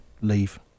leave